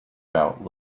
about